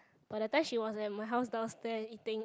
but that time she was at my house downstairs eating